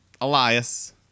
Elias